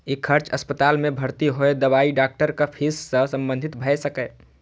ई खर्च अस्पताल मे भर्ती होय, दवाई, डॉक्टरक फीस सं संबंधित भए सकैए